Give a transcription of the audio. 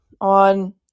on